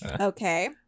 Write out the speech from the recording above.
Okay